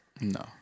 No